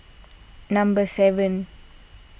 number seven